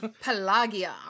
pelagia